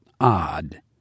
odd